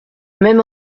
même